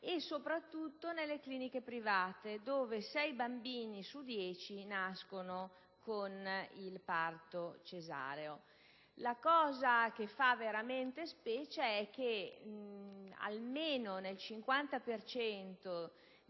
soprattutto nelle cliniche private, dove 6 bambini su 10 nascono con il parto cesareo. Ciò che fa veramente specie è che, almeno nel 50 per cento di